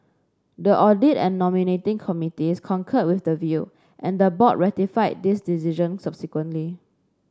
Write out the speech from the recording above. the audit and nominating committees concurred with the view and the board ratified this decision subsequently